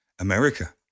America